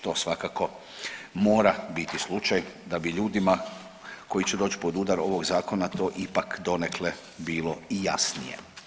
To svakako mora biti slučaj da bi ljudima koji će doći pod udar ovog zakona to ipak donekle bilo i jasnije.